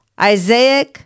Isaiah